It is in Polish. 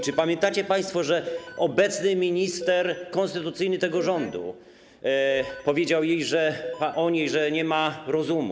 Czy pamiętacie państwo, że obecny minister konstytucyjny tego rządu powiedział o niej, że nie ma rozumu?